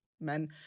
men